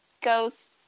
goes